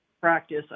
practice